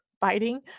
fighting